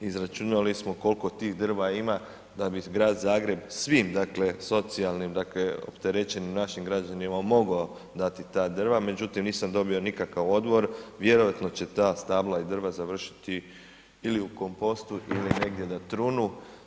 Izračunali smo kolko tih drva ima da bi Grad Zagreb svim dakle socijalnim dakle opterećenim našim građanima mogao dati ta drva, međutim nisam dobio nikakav odgovor, vjerojatno će ta stabla i drva završiti ili u kompostu ili negdje da trunu.